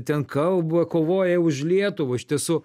ten kalba kovoja už lietuvą iš tiesų